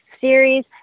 series